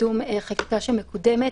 חקיקה שמקודמת.